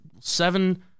seven